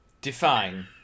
Define